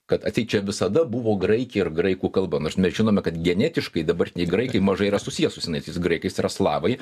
kad atseit čia visada buvo graikija ir graikų kalba nors mes žinome kad genetiškai dabartiniai graikai mažai yra susiję su senaisiais graikais yra slavai